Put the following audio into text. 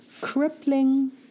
crippling